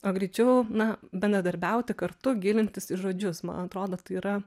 o greičiau na bendradarbiauti kartu gilintis į žodžius man atrodo tai yra